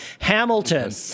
Hamilton